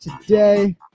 today